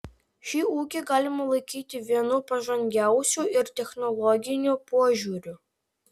šį ūkį galima laikyti vienu pažangiausių ir technologiniu požiūriu